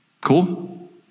Cool